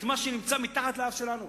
את מה שנמצא מתחת לאף שלנו.